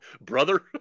Brother